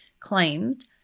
claimed